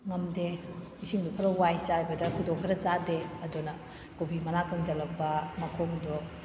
ꯉꯝꯗꯦ ꯏꯁꯤꯡꯗꯣ ꯈꯔ ꯋꯥꯏ ꯆꯥꯏꯕꯗ ꯈꯨꯗꯣꯡ ꯈꯔ ꯆꯥꯗꯦ ꯑꯗꯨꯅ ꯀꯣꯕꯤ ꯃꯅꯥ ꯀꯪꯁꯤꯜꯂꯛꯄ ꯃꯈꯣꯡꯗꯣ